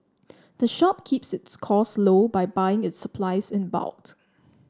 the shop keeps its costs low by buying its supplies in bulks